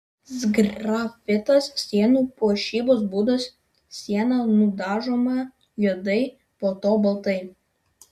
sgrafitas sienų puošybos būdas siena nudažoma juodai po to baltai